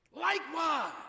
Likewise